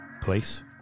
place